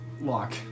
lock